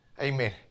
Amen